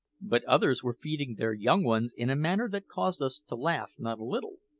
but others were feeding their young ones in a manner that caused us to laugh not a little.